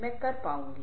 मैं कर पाऊंगा